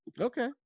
Okay